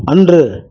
அன்று